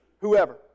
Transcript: Whoever